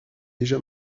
déjà